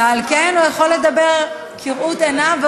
ועל כן הוא יכול לדבר כראות עיניו,